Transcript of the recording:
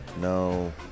No